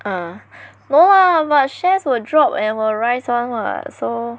ah no lah but shares will drop and will rise [one] [what] so